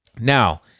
Now